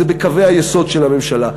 זה בקווי היסוד של הממשלה.